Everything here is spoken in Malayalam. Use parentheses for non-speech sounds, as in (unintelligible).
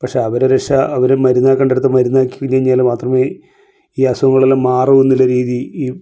പക്ഷേ അവരെ രക്ഷ അവർ മരുന്ന് വെക്കേണ്ടടുത്ത് മരുന്ന് വെക്കി (unintelligible) മാത്രമായി ഈ അസുഖങ്ങളെല്ലാം മാറുമെന്നുള്ള രീതി ഈ